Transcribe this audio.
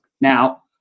Now